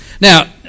Now